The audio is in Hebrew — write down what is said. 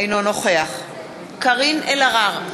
אינו נוכח קארין אלהרר,